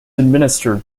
administered